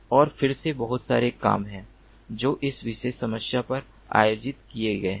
और फिर से बहुत सारे काम हैं जो इस विशेष समस्या पर आयोजित किए गए हैं